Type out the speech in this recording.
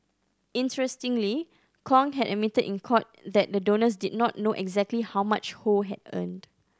interestingly Kong had admitted in court that the donors did not know exactly how much Ho had earned